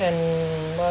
can what